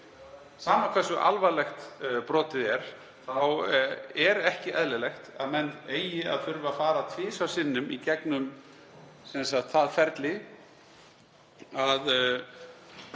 Sama hversu alvarlegt brotið er er ekki eðlilegt að menn eigi að þurfa að fara tvisvar sinnum í gegnum það ferli að